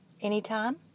anytime